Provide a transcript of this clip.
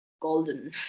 golden